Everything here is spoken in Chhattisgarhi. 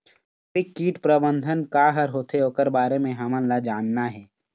जैविक कीट प्रबंधन का हर होथे ओकर बारे मे हमन ला जानना हे?